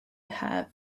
have